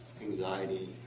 anxiety